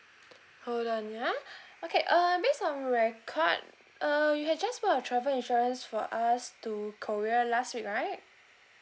hold on ya okay uh miss on record uh you had just bought your travel insurance for us to korea last week right